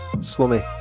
Slummy